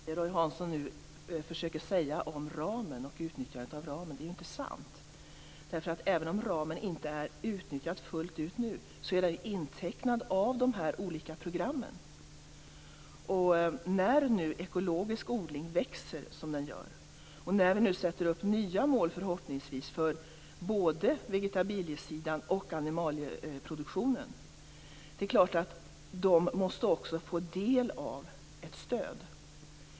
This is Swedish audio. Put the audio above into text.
Herr talman! Det Roy Hansson nu försöker säga om utnyttjandet av ramen är inte sant. Även om ramen inte är utnyttjad fullt ut nu är den intecknad av de olika programmen. När ekologisk odling växer, som den gör, och när vi förhoppningsvis sätter upp nya mål för både vegetabilieodlingen och animalieproduktionen är det klart att de också måste få del av ett stöd.